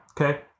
okay